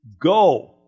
Go